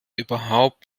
überhaupt